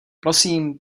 prosím